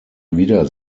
wieder